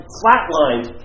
flatlined